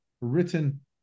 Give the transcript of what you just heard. written